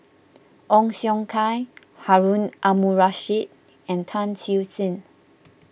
Ong Siong Kai Harun Aminurrashid and Tan Siew Sin